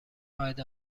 شاهد